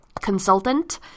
consultant